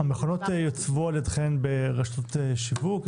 המכונות יוצבו בידיכם ברשתות השיווק?